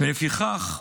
לפיכך אמרתי: